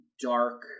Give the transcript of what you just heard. dark